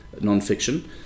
non-fiction